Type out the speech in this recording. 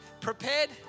prepared